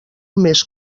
més